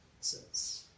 says